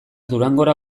durangora